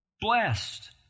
blessed